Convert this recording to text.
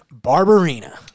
Barbarina